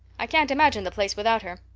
i can't imagine the place without her.